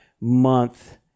month